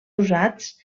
usats